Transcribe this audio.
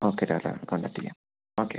okay doctor contact ചെയ്യാം